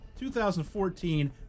2014